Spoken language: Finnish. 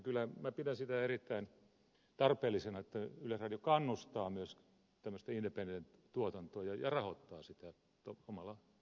kyllä minä pidän sitä erittäin tarpeellisena että yleisradio kannustaa myös tämmöistä independent tuotantoa ja rahoittaa sitä omalla tavallaan